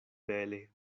bele